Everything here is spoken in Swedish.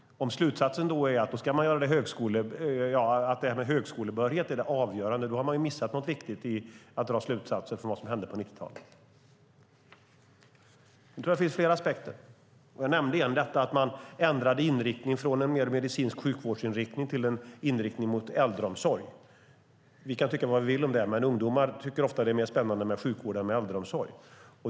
Om slutsatsen då är att högskolebehörighet är det avgörande har man missat något viktigt när det gäller att dra slutsatser av vad som hände på 90-talet. Jag tror att det finns flera aspekter. En är den som jag nämnde, att man ändrade inriktning från en mer medicinsk sjukvårdsinriktning till en inriktning mot äldreomsorg. Vi kan tycka vad vi vill om det, men ungdomar tycker ofta att det är mer spännande med sjukvård än med äldreomsorg.